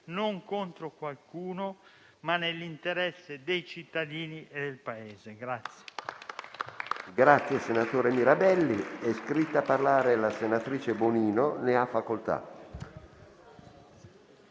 non contro qualcuno, ma nell'interesse dei cittadini e del Paese.